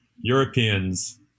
europeans